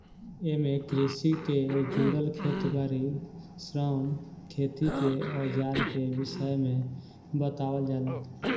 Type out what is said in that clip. एमे कृषि के जुड़ल खेत बारी, श्रम, खेती के अवजार के विषय में बतावल जाला